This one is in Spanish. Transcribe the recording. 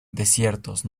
desiertos